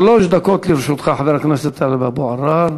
שלוש דקות לרשותך, חבר הכנסת טלב אבו עראר.